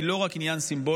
היא לא רק עניין סימבולי,